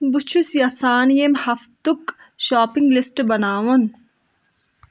بہٕ چھُس یژھان ییٚمہِ ہفتُک شاپِنٛگ لِسٹ بناوُن